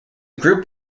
group